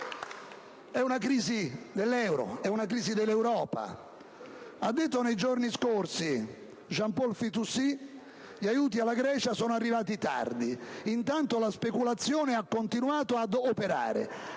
È una crisi dell'euro, una crisi dell'Europa. Ha detto nei giorni scorsi Jean-Paul Fitoussi: «Gli aiuti alla Grecia sono arrivati tardi e intanto la speculazione ha continuato ad operare,